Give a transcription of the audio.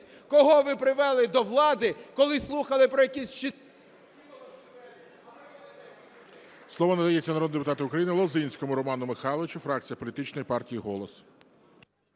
кого ви привели до влади, коли слухали про якісь… ГОЛОВУЮЧИЙ. Слово надається народному депутату України Лозинському Роману Михайловичу, фракція Політичної партії "Голос".